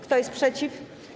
Kto jest przeciw?